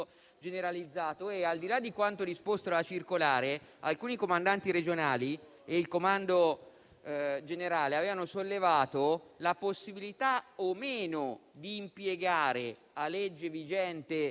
generalizzato. Al di là di quanto disposto dalla circolare, alcuni comandanti regionali e il Comando generale avevano sollevato la possibilità di impiegare o meno, a legge vigente,